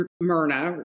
Myrna